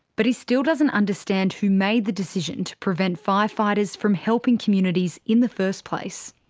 but he still doesn't understand who made the decision to prevent firefighters from helping communities in the first place.